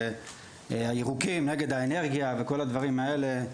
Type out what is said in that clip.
הירוקים נגד האנרגיה וכל הדברים האלה.